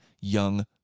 young